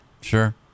Sure